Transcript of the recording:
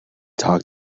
talk